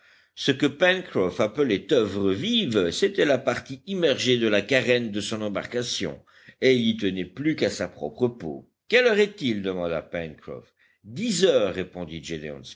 ce que pencroff appelait oeuvres vives c'était la partie immergée de la carène de son embarcation et il y tenait plus qu'à sa propre peau quelle heure est-il demanda pencroff dix heures répondit